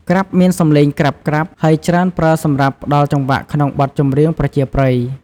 ក្រាប់មានសំឡេងក្រាបៗ ហើយច្រើនប្រើសម្រាប់ផ្តល់ចង្វាក់ក្នុងបទចម្រៀងប្រជាប្រិយ។